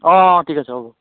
অঁ অঁ ঠিক আছে হ'ব